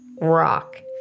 Rock